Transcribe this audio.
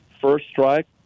first-strike